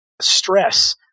stress